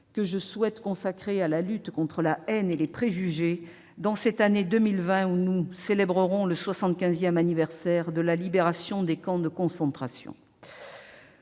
de les consacrer à la lutte contre la haine et les préjugés en cette année 2020 où nous célébrerons le soixante-quinzième anniversaire de la libération des camps de concentration.